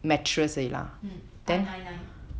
mm five nine nine